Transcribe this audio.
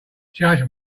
judge